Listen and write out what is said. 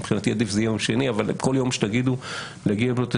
מבחינתי עדיף יום שני אבל כל יום שתגידו - שנגיע לתת